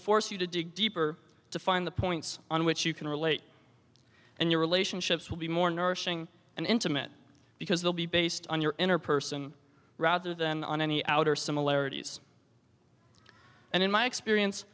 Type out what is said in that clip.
force you to dig deeper to find the points on which you can relate and your relationships will be more nourishing and intimate because they'll be based on your inner person rather than on any outer similarities and in my experience